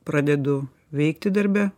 pradedu veikti darbe